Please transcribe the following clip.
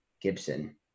Gibson